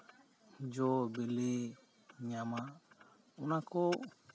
ᱡᱚ ᱵᱤᱞᱤᱧ ᱧᱟᱢᱟ ᱚᱱᱟ ᱠᱚ